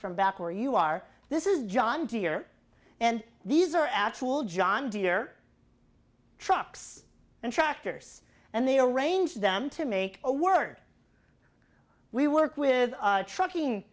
from back where you are this is john deere and these are actual john deere trucks and tractors and they arrange them to make a word we work with a trucking